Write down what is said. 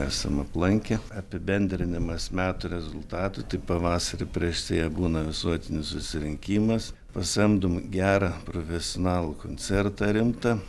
esam aplankę apibendrinimas metų rezultatų tai pavasarį prieš sėją būna visuotinis susirinkimas pasamdom gerą profesionalų koncertą rimtą